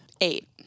Eight